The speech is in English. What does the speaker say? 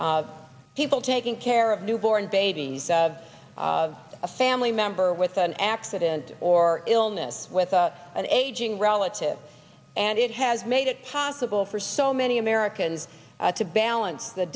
of people taking care of newborn babies of a family member with an accident or illness with an aging relative and it has made it possible for so many americans to balance the